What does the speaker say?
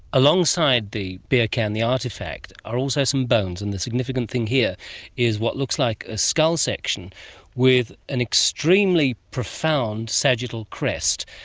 alongside the beer can, the artefact, are also some bones, and the significant thing here is what looks like a skull section with an extremely profound sagittal crest.